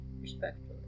Respectfully